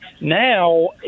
now